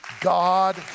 God